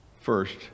first